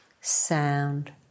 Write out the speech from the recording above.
sound